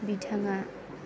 बिथाङा